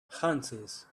hunches